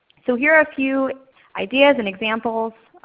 so here are a few ideas and examples.